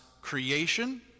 creation